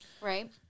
right